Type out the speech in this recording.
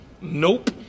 Nope